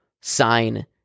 sign